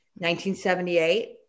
1978